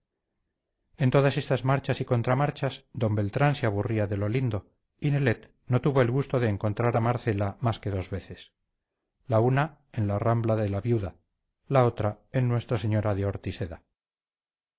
todas estas marchas y contramarchas d beltrán se aburría de lo lindo y nelet no tuvo el gusto de encontrar a marcela más que dos veces la una en la rambla de la viuda la otra en nuestra señora de